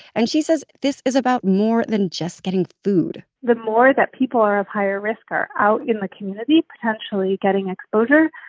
and she says this is about more than just getting food the more that people are of higher risk are out in the community potentially getting exposure,